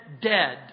dead